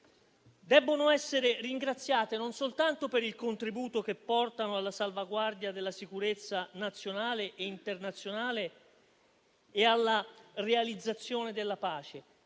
devono essere ringraziate non soltanto per il contributo che portano alla salvaguardia della sicurezza nazionale e internazionale e alla realizzazione della pace,